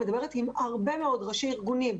אני מדברת עם הרבה מאוד ראשי ארגונים,